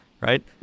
right